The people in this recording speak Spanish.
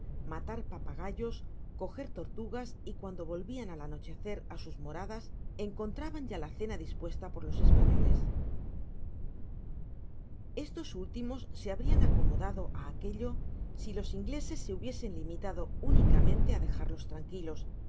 matar papagayos coger tortugas y cuando volvao al anochecer á sus moradas encontraban ya la cena dispuesta por los españoles estos últimos se habrian acomodado á aquello si los ingleses se hubiesen limitado únicamente á dejarlos tranquilos